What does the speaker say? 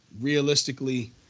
Realistically